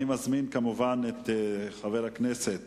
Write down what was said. אני מזמין את חבר הכנסת